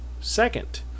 Second